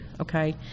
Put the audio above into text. Okay